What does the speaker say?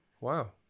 Wow